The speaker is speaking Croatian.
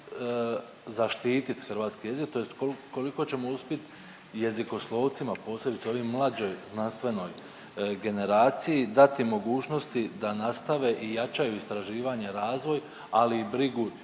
zaštitit hrvatski jezik tj. koliko ćemo uspit jezikoslovcima, posebice ovim mlađoj znanstvenoj generaciji dati mogućnosti da nastave i jačaju istraživanja, razvoj ali i brigu